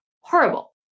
horrible